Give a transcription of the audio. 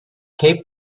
cape